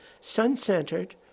sun-centered